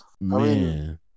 Man